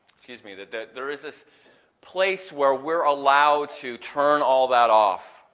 excuse me, that that there is this place where we're allowed to turn all that off,